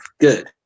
good